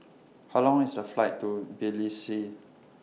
How Long IS The Flight to Tbilisi